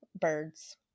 birds